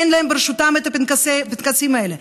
אין ברשותם את הפנקסים האלה.